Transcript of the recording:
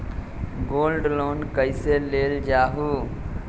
Gold loan कईसे लेल जाहु?